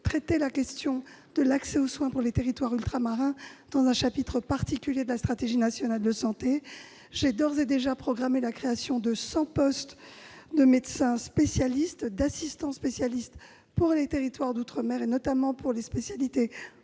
traiter la question de l'accès aux soins pour les territoires ultramarins dans un chapitre particulier de la Stratégie nationale de santé. J'ai d'ores et déjà programmé pour 2018 la création de 100 postes de médecins spécialistes et d'assistants spécialistes pour les territoires d'outre-mer, notamment dans les spécialités